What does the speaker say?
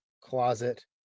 closet